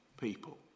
people